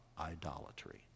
idolatry